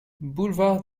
boulevard